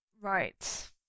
Right